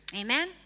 Amen